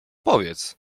powiedz